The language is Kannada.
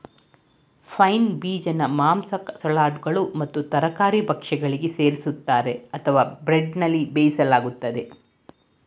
ಪೈನ್ ಬೀಜನ ಮಾಂಸ ಸಲಾಡ್ಗಳು ಮತ್ತು ತರಕಾರಿ ಭಕ್ಷ್ಯಗಳಿಗೆ ಸೇರಿಸ್ತರೆ ಅಥವಾ ಬ್ರೆಡ್ನಲ್ಲಿ ಬೇಯಿಸಲಾಗ್ತದೆ